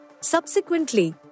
Subsequently